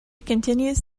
continues